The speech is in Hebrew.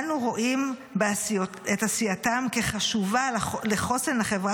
אנו רואים את עשייתם כחשובה לחוסן החברה